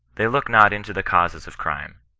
they look not into the causes of crime.